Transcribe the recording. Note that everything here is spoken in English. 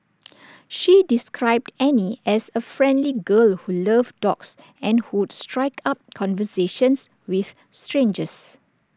she described Annie as A friendly girl who loved dogs and who would strike up conversations with strangers